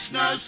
no